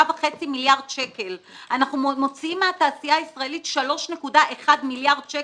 9.5 מיליארד שקל אנחנו מוציאים מהתעשייה הישראלית 3.1 מיליארד שקל.